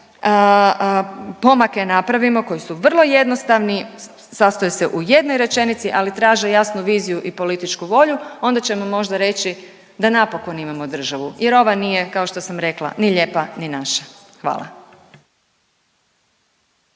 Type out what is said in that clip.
pomake napravimo koji su vrlo jednostavni, sastoji se u jednoj rečenici, ali traže jasnu viziju i političku volju onda ćemo možda reći da napokon imamo državu jer ova nije kao što sam rekla ni lijepa ni naša. Hvala.